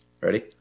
Ready